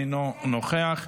אינו נוכח,